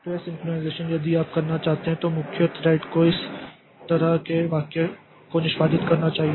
तो यह सिंक्रोनाइज़ेशन यदि आप करना चाहते हैं तो मुख्य थ्रेड को इस तरह के एक वाक्य को निष्पादित करना चाहिए